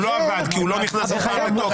הוא לא עבד, כי הוא לא נכנס אף פעם לתוקף.